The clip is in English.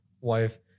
wife